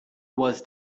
was